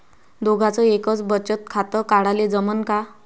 दोघाच एकच बचत खातं काढाले जमनं का?